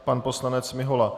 A pan poslanec Mihola.